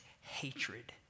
hatred